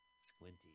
Squinty